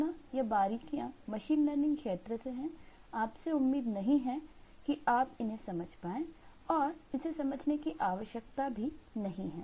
पुनः यह बारीकियां मशीन लर्निंग क्षेत्र से हैं आपसे उम्मीद नहीं है कि आप इन्हें समझ पाए और इसे समझेंगे कि आवश्यकता भी नहीं है